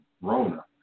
Rona